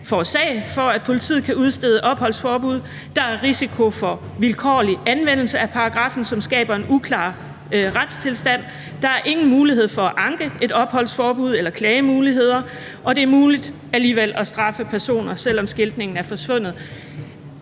forårsage, for at politiet kan udstede opholdsforbud; der er risiko for vilkårlig anvendelse af paragraffen, som skaber en uklar retstilstand; der er ingen mulighed for at anke et opholdsforbud eller klagemuligheder; det er muligt alligevel at straffe personer, selv om skiltningen er forsvundet.